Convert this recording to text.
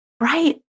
right